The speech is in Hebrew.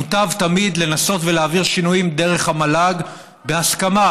מוטב תמיד לנסות ולהעביר שינויים דרך המל"ג בהסכמה,